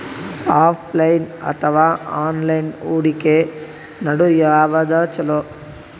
Offline ಅಥವಾ online ಹೂಡಿಕೆ ನಡು ಯವಾದ ಛೊಲೊ?